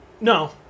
No